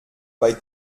bei